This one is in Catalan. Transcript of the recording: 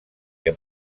que